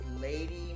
Lady